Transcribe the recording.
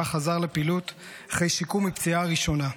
חזר לפעילות אחרי שיקום מהפציעה הראשונה,